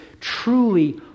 truly